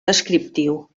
descriptiu